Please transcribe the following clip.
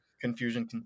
Confusion